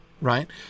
right